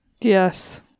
Yes